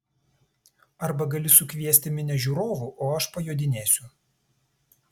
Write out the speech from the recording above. arba gali sukviesti minią žiūrovų o aš pajodinėsiu